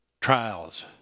trials